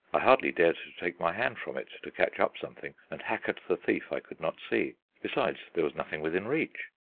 i hardly dared to take my hand from it to catch up something and hack at the thief i could not see. besides, there was nothing within reach.